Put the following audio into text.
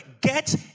Get